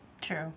True